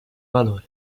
valore